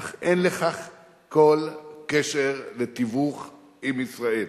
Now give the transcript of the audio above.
אך אין לכך כל קשר לתיווך עם ישראל.